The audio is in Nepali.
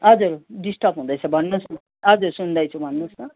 हजुर डिस्टर्ब हुँदैछ भन्नुहोस् न हजुर सुन्दैछु भन्नुहोस् न